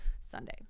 sunday